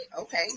okay